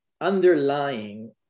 underlying